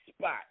spot